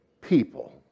people